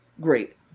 Great